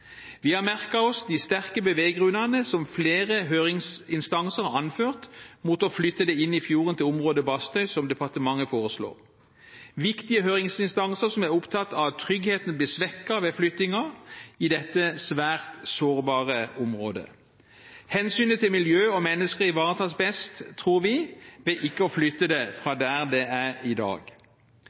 Vi har merket oss de sterke beveggrunnene som flere høringsinstanser har anført mot å flytte det inn i fjorden til området Bastøy, som departementet foreslår. Viktige høringsinstanser som er opptatt av tryggheten, blir svekket ved flyttingen i dette svært sårbare området. Hensynet til miljø og mennesker ivaretas best, tror vi, ved ikke å flytte det fra der det er i dag.